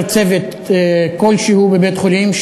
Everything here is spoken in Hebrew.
חבר צוות כלשהו בבית-חולים,